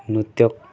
ନୃତ୍ୟ